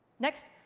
next,